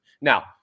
Now